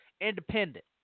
independent